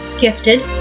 gifted